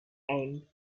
and